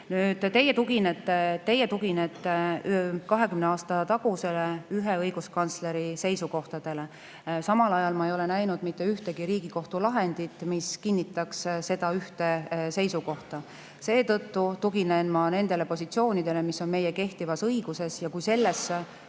õiguskantsleri 20 aasta tagustele seisukohtadele. Samal ajal ma ei ole näinud mitte ühtegi Riigikohtu lahendit, mis kinnitaks seda ühte seisukohta. Seetõttu tuginen ma nendele positsioonidele, mis on meie kehtivas õiguses. Kui